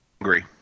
Agree